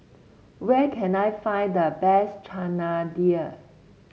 where can I find the best Chana Dal